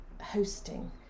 hosting